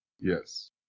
Yes